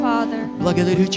Father